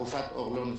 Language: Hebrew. רופאת העור לא נשואה.